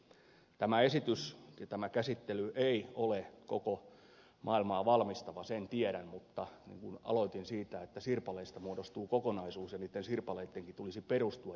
tämä esitys ja tämä käsittely ei ole koko maailmaa valmistava sen tiedän mutta niin kuin aloitin sirpaleista muodostuu kokonaisuus ja niitten sirpaleittenkin tulisi perustua johonkin